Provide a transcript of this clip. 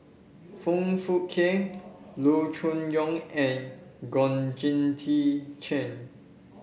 Foong Fook Kay Loo Choon Yong and Georgette Chen